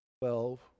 Twelve